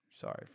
Sorry